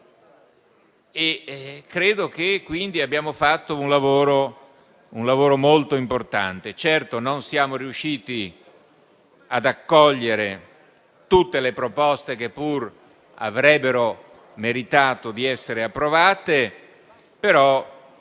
Credo quindi che abbiamo fatto un lavoro molto importante. Certamente non siamo riusciti ad accogliere tutte le proposte che pure avrebbero meritato di essere approvate.